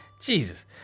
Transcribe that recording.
Jesus